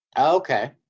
okay